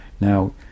now